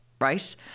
right